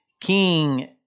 King